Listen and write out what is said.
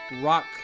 rock